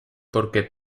porque